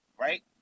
right